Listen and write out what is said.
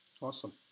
Awesome